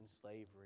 slavery